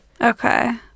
okay